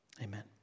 Amen